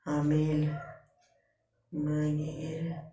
आमील मागीर